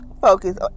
focus